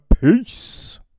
Peace